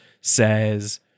says